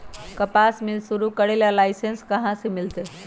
कपास मिल शुरू करे ला लाइसेन्स कहाँ से मिल तय